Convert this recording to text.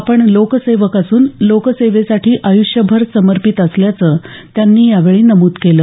आपण लोकसेवक असून लोकसेवेसाठी आय़ष्यभर समर्पित असल्याचं त्यांनी यावेळी नमूद केलं